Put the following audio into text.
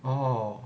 orh